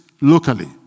locally